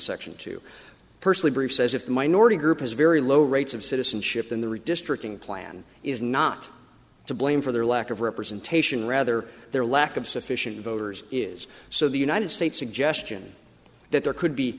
section two personally brief says if the minority group has very low rates of citizenship then the redistricting plan is not to blame for their lack of representation rather their lack of sufficient voters is so the united states suggestion that there could be